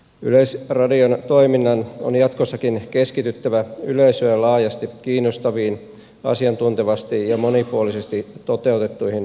yleisradion toiminnan on jatkossakin keskityttävä yleisöä laajasti kiinnostaviin asiantuntevasti ja monipuolisesti toteutettuihin ohjelmistoihin